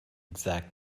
exact